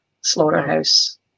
Slaughterhouse